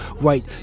right